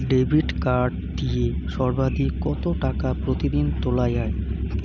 Debit card দিয়ে সর্বাধিক কত টাকা প্রতিদিন তোলা য়ায়?